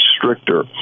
stricter